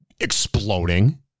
exploding